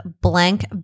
blank